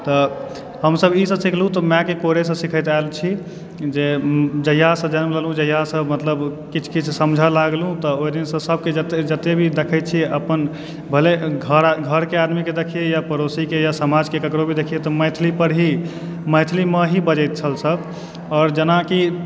तऽ हमसब ई सब सीखलहुँ तऽ मायके कोरेसंँ सीखैत आएल छी जे जहिआसंँ जनम लेलहुँ जहिआसंँ मतलब किछु किछु समझे लागलहुँ तऽ ओहि दिनसँ सबके जतए भी देखए छिऐ अपन भले घरके आदमीके देखिए या पड़ोसीके या समाजके ककरो भी देखिए तऽ मैथिली पर ही मैथिलीमे ही बजैत छलऽ सब आओर जेनाकि